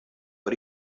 but